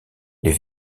les